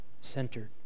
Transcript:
centered